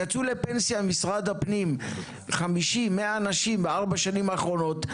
יצאו לפנסיה ממשרד הפנים 100-50 אנשים בארבע השנים האחרונות,